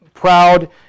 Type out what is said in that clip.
proud